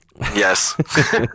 Yes